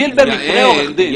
גיל במקרה עורך דין.